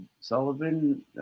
Sullivan